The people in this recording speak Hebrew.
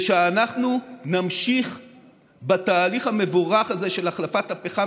אנחנו נמשיך בתהליך המבורך הזה של החלפת הפחם